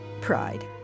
pride